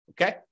Okay